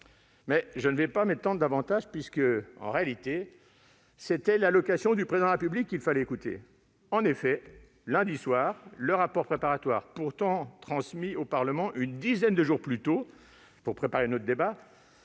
je ne vais pas m'étendre davantage sur le sujet, puisque, en réalité, c'était l'allocution du Président de la République qu'il fallait écouter ! En effet, lundi soir, le rapport préparatoire, transmis pourtant au Parlement une dizaine de jours plus tôt pour préparer notre débat,